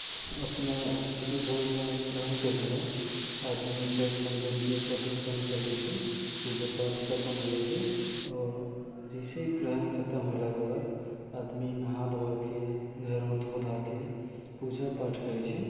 अपनो हिन्दू धर्ममे ग्रहणके समय आदमी सब मन्दिरके पट उट बन्द कर दै छै पूजा पाठ सब बन्द हो जाइ छै आओर जैसे ही ग्रहण खतम होलाके बाद आदमी नहा धोआके घर उर धो धाके पूजा पाठ करै छै